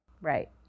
Right